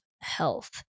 health